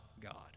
God